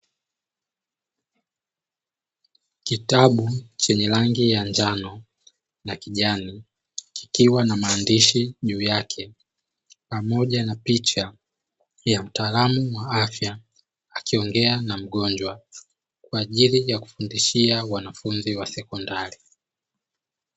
Kitabu chenye rangi ya njano na kijani kikiwa na maandishi juu yake pamoja na picha ya mtaalamu wa afya, akiongea na mgonjwa kwa ajili ya kufundishia wanafunzi wa sekondari.